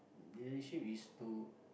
the relationship is to